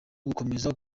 gukomera